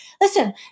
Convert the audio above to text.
listen